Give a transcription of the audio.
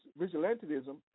vigilantism